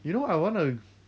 you know I want to